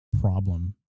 problem